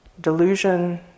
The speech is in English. delusion